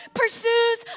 pursues